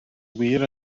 wir